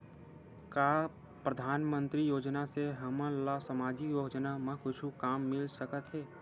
का परधानमंतरी योजना से हमन ला सामजिक योजना मा कुछु काम मिल सकत हे?